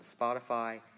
Spotify